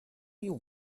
you